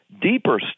deeper